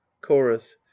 chorus